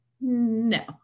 No